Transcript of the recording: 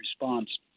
response